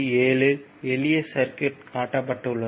7 இல் எளிய சர்க்யூட் காட்டப்பட்டு உள்ளது